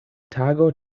tago